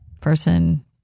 person